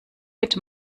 mit